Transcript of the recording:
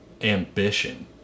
ambition